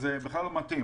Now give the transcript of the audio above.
וזה בכלל לא מתאים.